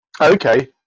Okay